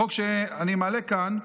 החוק שאני מעלה כאן,